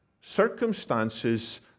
circumstances